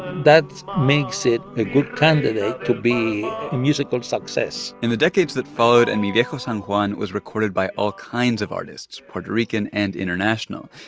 that makes it a good candidate to be a musical success in the decades that followed, en and mi viejo san juan was recorded by all kinds of artists, puerto rican and international.